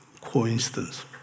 coincidence